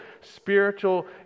spiritual